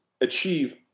achieve